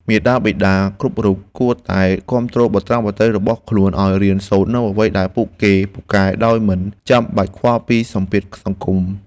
មាតាបិតាគ្រប់រូបគួរតែគាំទ្របុត្រាបុត្រីរបស់ខ្លួនឱ្យរៀនសូត្រនូវអ្វីដែលពួកគេពូកែដោយមិនចាំបាច់ខ្វល់ពីសម្ពាធសង្គម។